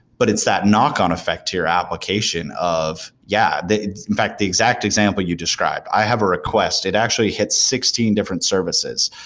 but it's that knock-on effect to your application of, yeah in fact, the exact example you described. i have request, it actually hits sixteen different services.